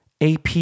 AP